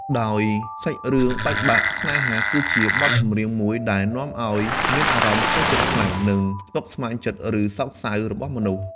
ដោយសាច់រឿងបែកបាក់ស្នេហា គឺជាបទចម្រៀងមួយដែលនាំអោយមានអារម្មណ៍ខូចចិត្តខ្លាំង និងស្មុគស្មាញចិត្តឬសោកសៅរបស់មនុស្ស។